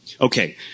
Okay